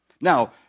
Now